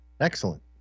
Excellent